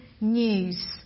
news